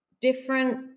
different